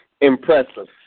Impressive